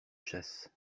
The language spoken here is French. chasse